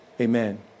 Amen